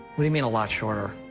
what do mean a lot shorter?